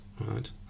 right